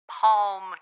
Palm